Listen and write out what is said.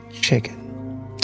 chicken